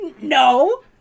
No